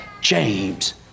James